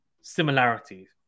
similarities